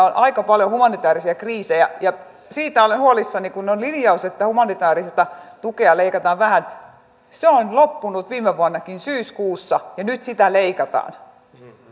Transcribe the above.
on aika paljon humanitäärisiä kriisejä ja siitä olen huolissani kun on linjaus että humanitääristä tukea leikataan vähän se on loppunut viime vuonnakin syyskuussa ja nyt sitä leikataan